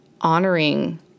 honoring